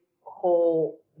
whole